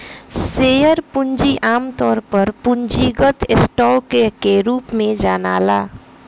share पूंजी आमतौर पर पूंजीगत स्टॉक के रूप में जनाला